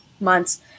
months